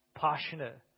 passionate